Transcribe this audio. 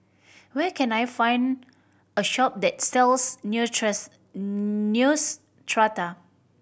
where can I find a shop that sells Neostrata